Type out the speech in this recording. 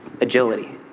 agility